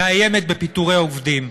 מאיימת בפיטורי עובדים.